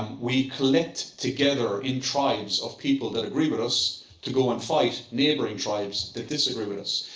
we collect together in tribes of people that agree with us to go and fight neighbouring tribes that disagree with us.